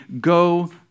go